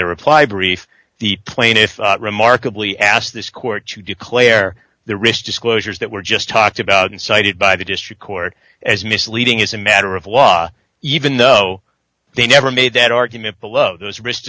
their reply brief the plaintiff's remarkably asked this court to declare the risk disclosures that were just talked about and cited by the district court as misleading as a matter of law even though they never made that argument below those risk